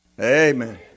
amen